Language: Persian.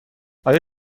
آیا